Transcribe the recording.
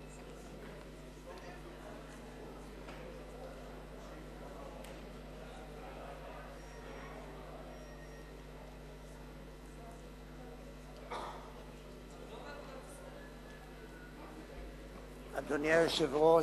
אדוני היושב-ראש,